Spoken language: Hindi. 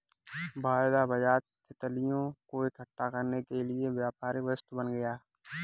वायदा बाजार तितलियों को इकट्ठा करने के लिए व्यापारिक वस्तु बन गया